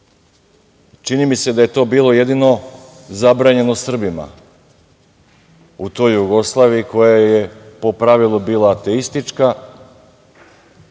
Čini mi se da je bilo jedino zabranjeno Srbima u toj Jugoslaviji koja je po pravilu bila ateistička,